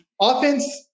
offense